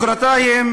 מחרתיים